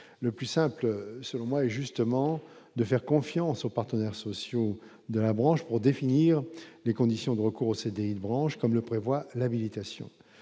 le plus simple, selon moi, est justement de faire confiance aux partenaires sociaux de la branche pour définir les conditions de recours au CDD branches comme le prévoit l'habilitation